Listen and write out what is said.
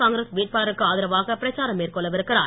காங்கிரஸ் வேட்பாளருக்கு ஆதரவாக பிரச்சாரம் மேற்கொள்ளவிருக்கிறார்